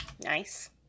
Nice